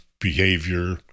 behavior